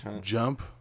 jump